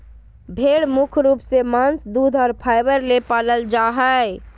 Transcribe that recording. भेड़ मुख्य रूप से मांस दूध और फाइबर ले पालल जा हइ